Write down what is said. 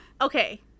Okay